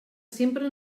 sempre